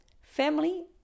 family